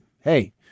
hey